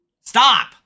stop